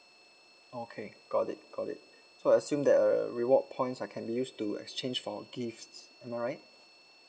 okay got it got it so I assume that err reward points I can use to exchange for gifts am I right